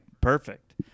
perfect